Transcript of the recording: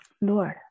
Lord